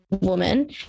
woman